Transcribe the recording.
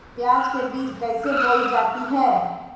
प्याज के बीज कैसे बोई जाती हैं?